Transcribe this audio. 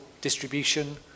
distribution